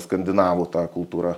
skandinavų tą kultūrą